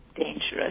dangerous